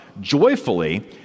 joyfully